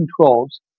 controls